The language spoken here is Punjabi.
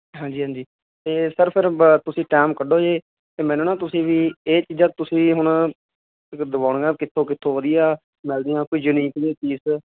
ਹਾਂਜੀ ਹਾਂਜੀ ਤੇ ਸਰ ਫਿਰ ਤੁਸੀਂ ਟਾਈਮ ਕੱਢੋ ਜੀ ਤੇ ਮੈਨੂੰ ਨਾ ਤੁਸੀਂ ਵੀ ਇਹ ਚੀਜ਼ਾਂ ਤੁਸੀਂ ਹੁਣ ਦਬਾਉਣੀਆਂ ਕਿੱਥੋਂ ਕਿੱਥੋਂ ਵਧੀਆ ਮਿਲਦੀਆਂ ਕੋਈ ਯੂਨੀਕ ਜਿਹੇ ਪੀਸ